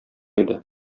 иде